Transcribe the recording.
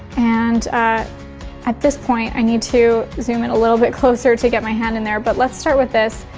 and at this point i need to zoom in a little bit closer to get my hand in there. but let's start with this,